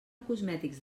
cosmètics